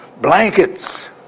blankets